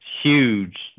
huge